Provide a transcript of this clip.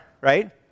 right